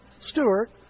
Stewart